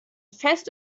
fest